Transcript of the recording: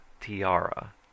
tiara